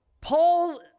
Paul